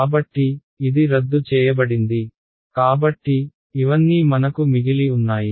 కాబట్టి ఇది రద్దు చేయబడింది కాబట్టి ఇవన్నీ మనకు మిగిలి ఉన్నాయి